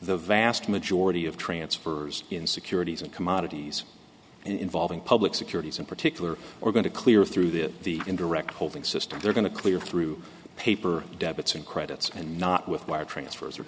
the vast majority of transfers in securities and commodities involving public securities in particular are going to clear through that the indirect holding system they're going to clear through paper debits and credits and not with wire transfer